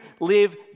live